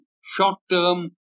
short-term